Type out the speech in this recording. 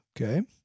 Okay